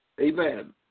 amen